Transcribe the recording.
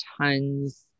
tons